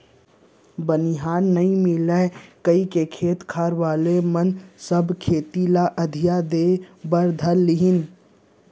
बनिहार नइ मिलय कइके खेत खार वाले मन सब खेती ल अधिया देहे बर धर लिन